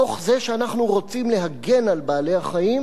מתוך זה שאנחנו רוצים להגן על בעלי-החיים